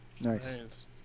nice